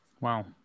Wow